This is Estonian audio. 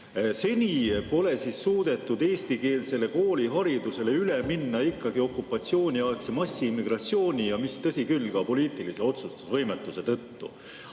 Seni pole suudetud eestikeelsele kooliharidusele üle minna ikkagi okupatsiooniaegse massiimmigratsiooni ja, tõsi küll, ka võimetuse tõttu